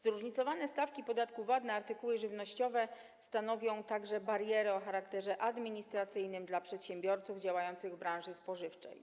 Zróżnicowane stawki podatku VAT na artykuły żywnościowe stanowią także barierę o charakterze administracyjnym dla przedsiębiorców działających w branży spożywczej.